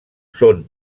són